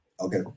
okay